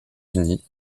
unis